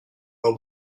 old